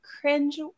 cringe